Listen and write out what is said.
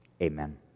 Amen